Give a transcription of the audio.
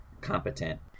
competent